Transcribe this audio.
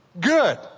good